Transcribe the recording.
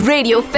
Radio